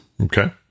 Okay